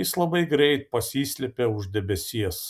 jis labai greit pasislepia už debesies